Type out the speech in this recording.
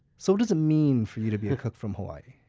so does it mean for you to be a cook from hawaii?